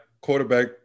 quarterback